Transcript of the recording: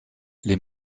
les